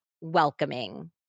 welcoming